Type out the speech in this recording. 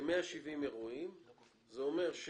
ונאמר: